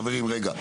חברים, רגע.